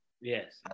Yes